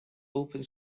open